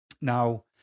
Now